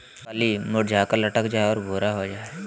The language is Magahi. कली मुरझाकर लटक जा हइ और भूरा हो जा हइ